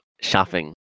shopping